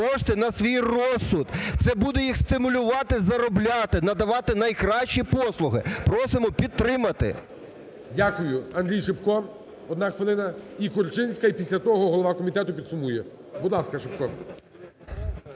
кошти на свій розсуд, це буде їх стимулювати заробляти, надавати найкращі послуги. Просимо підтримати. ГОЛОВУЮЧИЙ. Дякую. Андрій Шипко, одна хвилина. І Корчинська, і після того голова комітету підсумує. Будь ласка, Шипко.